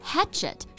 Hatchet